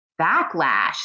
backlash